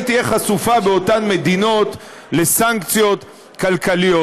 תהיה חשופה באותן מדינות לסנקציות כלכליות.